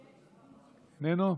איננו,